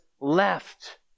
left